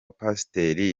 pasiteri